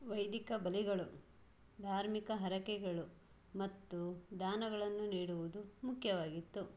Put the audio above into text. ವೈದಿಕ ಬಲಿಗಳು ಧಾರ್ಮಿಕ ಹರಕೆಗಳು ಮತ್ತು ದಾನಗಳನ್ನು ನೀಡುವುದು ಮುಖ್ಯವಾಗಿತ್ತು